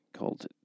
called